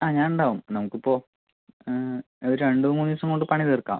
ആ ഞാൻ ഉണ്ടാകും നമുക്ക് ഇപ്പോൾ ഒര് രണ്ട് മൂന്ന് ദിവസം കൊണ്ട് പണി തീർക്കാം